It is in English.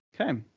Okay